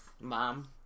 Mom